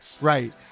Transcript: Right